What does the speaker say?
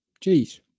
Cheese